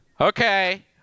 Okay